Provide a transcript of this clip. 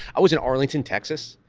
i was in arlington, texas,